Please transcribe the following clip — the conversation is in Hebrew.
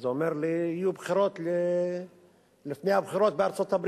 אז הוא אמר לי: יהיו בחירות לפני הבחירות בארצות-הברית.